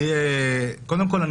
קודם כל,